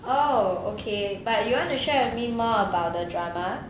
oh okay but you want to share with me more about the drama